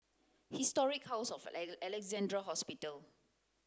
Historic House of Alexandra Hospital